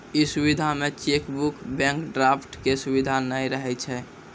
इ सुविधा मे चेकबुक, बैंक ड्राफ्ट के सुविधा नै रहै छै